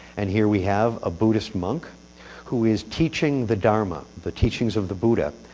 and here we have a buddhist monk who is teaching the dharma the teachings of the buddha,